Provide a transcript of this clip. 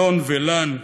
אלון ולן,